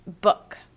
book